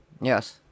Yes